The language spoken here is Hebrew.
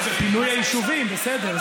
פינוי היישובים, בסדר.